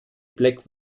black